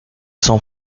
son